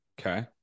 Okay